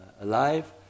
alive